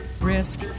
Risk